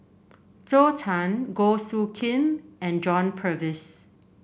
Zhou Can Goh Soo Khim and John Purvis